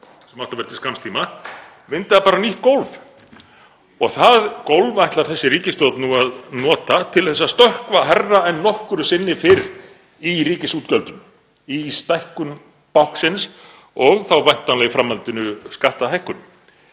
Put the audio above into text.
sem átti að vera til skamms tíma, myndaði bara nýtt gólf. Og það gólf ætlar þessi ríkisstjórn nú að nota til að stökkva hærra en nokkru sinni fyrr í ríkisútgjöldum, í stækkun báknsins og þá væntanlega í framhaldinu skattahækkunum.